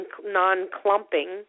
non-clumping